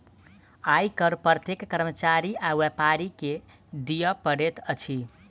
आय कर प्रत्येक कर्मचारी आ व्यापारी के दिअ पड़ैत अछि